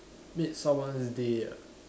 made someone's day ah